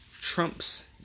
Trump's